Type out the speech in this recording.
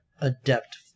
adept